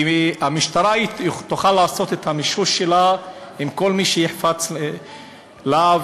כי המשטרה תוכל לעשות את המישוש שלה עם כל מי שתחפוץ לה,